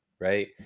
right